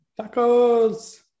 Tacos